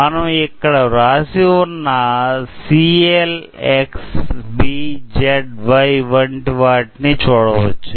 మనం ఇక్కడ వ్రాసి ఉన్న C L X B Z Y వంటి వాటిని చూడవచ్చు